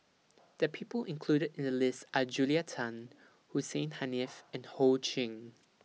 The People included in The list Are Julia Tan Hussein Haniff and Ho Ching